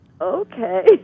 okay